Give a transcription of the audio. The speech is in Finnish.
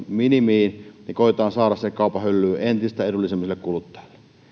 minimiin kun koetetaan saada se kaupan hyllyyn entistä edullisemmin kuluttajalle